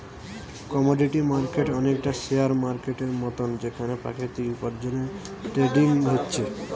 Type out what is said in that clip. commodity market অনেকটা share মার্কেটের মতন যেখানে প্রাকৃতিক উপার্জনের ট্রেডিং হচ্ছে